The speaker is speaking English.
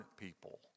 people